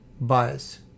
bias